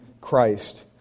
Christ